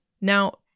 Now